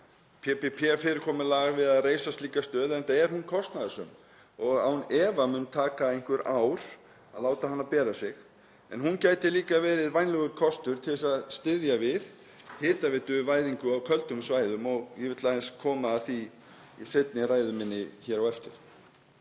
PPP-fyrirkomulag við að reisa slíka stöð, enda er hún kostnaðarsöm og án efa mun taka einhver ár að láta hana bera sig. En hún gæti líka verið vænlegur kostur til að styðja við hitaveituvæðingu á köldum svæðum og ég vil aðeins koma að því í seinni ræðu minni hér á eftir.